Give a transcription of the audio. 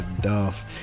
Dolph